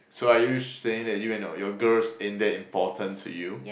so are you saying that you and your yours girls ain't that important to you